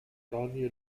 daniel